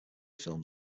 filmed